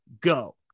go